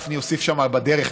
גפני הוסיף שם בדרך,